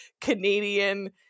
Canadian